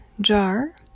jar